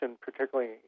particularly